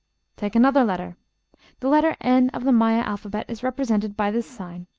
take another letter the letter n of the maya alphabet is represented by this sign,